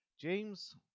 James